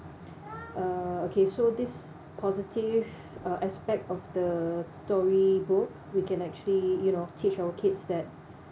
uh okay so this positive uh aspect of the storybook we can actually you know teach our kids that